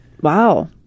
Wow